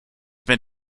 been